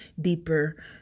deeper